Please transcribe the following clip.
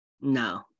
No